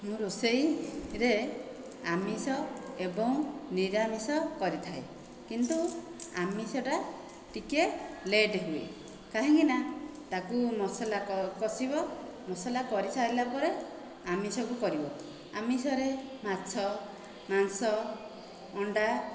ମୁଁ ରୋଷେଇରେ ଆମିଷ ଏବଂ ନିରାମିଷ କରିଥାଏ କିନ୍ତୁ ଆମିଷଟା ଟିକିଏ ଲେଟ୍ ହୁଏ କାହିଁକିନା ତାକୁ ମସଲା କଷିବ ମସଲା କରିସାଇଲା ପରେ ଆମିଷକୁ କରିବ ଆମିଷରେ ମାଛ ମାଂସ ଅଣ୍ଡା